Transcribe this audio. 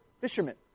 fishermen